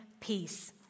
peace